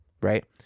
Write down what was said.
Right